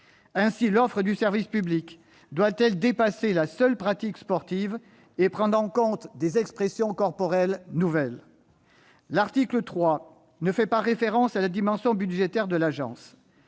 Ainsi l'offre du service public doit-elle dépasser la seule pratique sportive et prendre en compte les expressions corporelles nouvelles. L'article 3 ne fait pas référence à la dimension budgétaire de l'Agence,